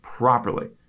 properly